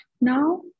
now